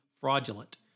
fraudulent